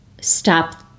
stop